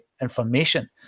information